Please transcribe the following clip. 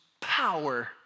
power